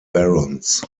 barons